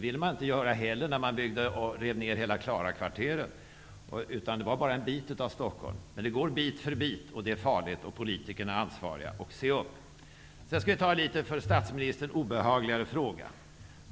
När man rev ner hela Klarakvarteren ville man inte heller rasera, utan det var bara en bit av Stockholm. Det går bit för bit. Det är farligt, och politikerna är ansvariga. Se upp! Sedan kommer jag till en för statsministern obehagligare fråga.